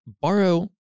borrow